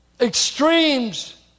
extremes